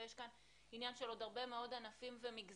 ויש כאן עניין של עוד הרבה מאוד ענפים ומגזרים,